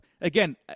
again